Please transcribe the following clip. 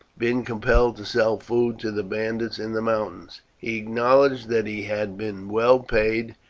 been compelled to sell food to the bandits in the mountains. he acknowledged that he had been well paid,